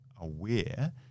aware